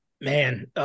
man